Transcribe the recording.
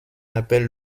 appelle